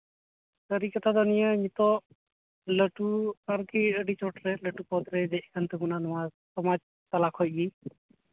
ᱥᱟᱹᱨᱤ ᱠᱟᱛᱷᱟ ᱫᱚ ᱱᱤᱭᱟᱹ ᱱᱤᱛᱚᱜ ᱞᱟᱹᱴᱩ ᱟᱨᱠᱤ ᱟᱹᱰᱤ ᱪᱚᱴᱨᱮ ᱞᱟᱹᱴᱩ ᱯᱚᱫᱨᱮ ᱫᱮᱡ ᱠᱟᱱ ᱛᱟᱵᱚᱱᱟ ᱱᱚᱣᱟ ᱥᱚᱢᱟᱡᱽ ᱛᱟᱞᱟ ᱠᱷᱚᱡ ᱜᱮ